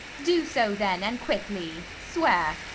do so then, and quickly swear.